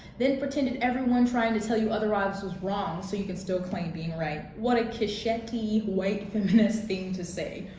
then pretended everyone trying to tell you otherwise was wrong, so you can still claim being right. what a cishet-y, white feminist thing to say.